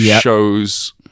shows